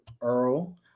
Earl